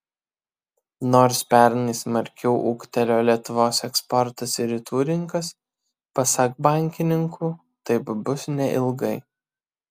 nors pernai smarkiau ūgtelėjo lietuvos eksportas į rytų rinkas pasak bankininkų taip bus neilgai